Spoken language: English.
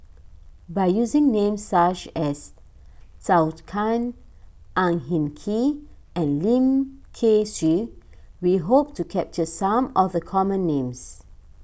by using names such as Zhou Can Ang Hin Kee and Lim Kay Siu we hope to capture some of the common names